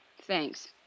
Thanks